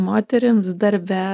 moterims darbe